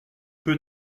peu